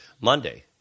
Monday